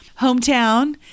hometown